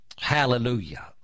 Hallelujah